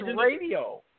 Radio